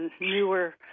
newer